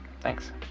Thanks